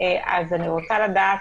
אז אני רוצה לדעת,